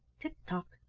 tick-tock!